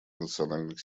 национальных